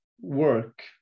work